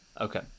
Okay